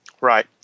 Right